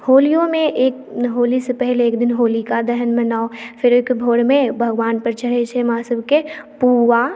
होलियोमे एक होलीसँ पहिने एक दिन होलिकादहन मनाउ फेर ओहिके भोरमे भगवानपर चढ़ैत छै हमरासभकेँ पुआ